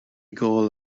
gôl